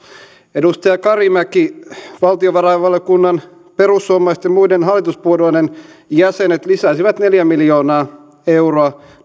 edustaja karimäki valtiovarainvaliokunnan perussuomalaisten ja muiden hallituspuolueiden jäsenet lisäsivät neljä miljoonaa euroa